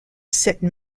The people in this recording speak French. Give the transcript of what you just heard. cette